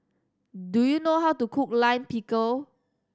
do you know how to cook Lime Pickle